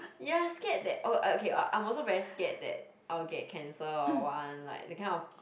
ya scared that oh okay I'm also very scared that I will get cancer or what one like that kind of